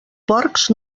porcs